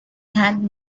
had